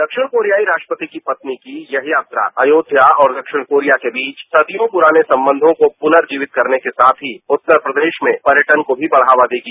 दक्षिण कोरियाई राष्ट्रपति की पत्नी की यह यात्रा अयोध्या और दक्षिण कोरिया के बीच सदियों पुराने संबंधों को पुर्नजीवित करने के साथ ही उत्तर प्रदेश में पर्यटन को भी बढ़ावा देगी